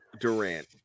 Durant